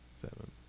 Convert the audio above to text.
Seven